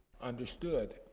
understood